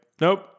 nope